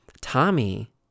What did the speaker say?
Tommy